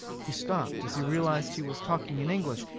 he stopped as he realized he was talking in english,